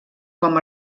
com